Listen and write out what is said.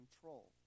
control